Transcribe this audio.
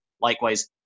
Likewise